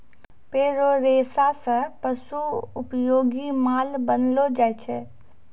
पेड़ रो रेशा से पशु उपयोगी माल बनैलो जाय छै